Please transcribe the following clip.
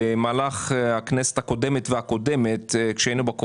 במהלך הכנסת הקודמת והקודמת לה,